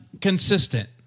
consistent